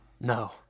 No